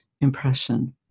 impression